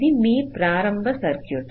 ఇది మీ ప్రారంభ సర్క్యూట్